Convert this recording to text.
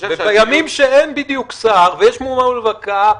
בימים שאין בדיוק שר ויש מובלקה,